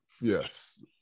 Yes